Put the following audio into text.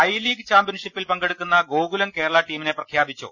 I league ചാമ്പൃൻഷിപ്പിൽ പങ്കെടുക്കുന്ന ഗോകുലം കേരള ടീമിനെ പ്രഖ്യാപിച്ചു